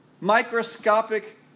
microscopic